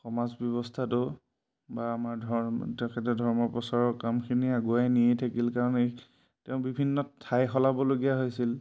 সমাজ ব্যৱস্থাটো বা আমাৰ ধৰ্ম তেখেতে ধৰ্ম প্ৰচাৰৰ কামখিনি আগুৱাই নিয়ে থাকিল কাৰণ এই তেওঁ বিভিন্ন ঠাই সলাবলগীয়া হৈছিল